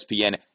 ESPN